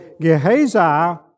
Gehazi